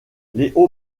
léo